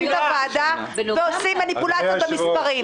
לוועדה ועושים מניפולציות במספרים.